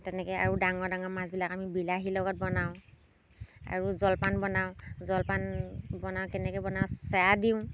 তেনেকৈ আৰু ডাঙৰ ডাঙৰ মাছবিলাক আমি বিলাহীৰ লগত বনাওঁ আৰু জলপান বনাওঁ জলপান বনাওঁ কেনেকৈ বনাওঁ চেৱাই দিওঁ